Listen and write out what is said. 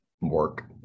work